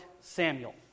Samuel